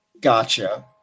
Gotcha